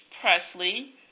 Presley